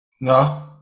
No